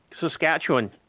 Saskatchewan